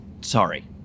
Sorry